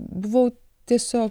buvau tiesiog